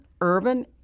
urban